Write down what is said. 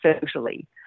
socially